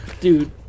Dude